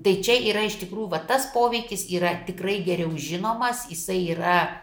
tai čia yra iš tikrų va tas poveikis yra tikrai geriau žinomas jisai yra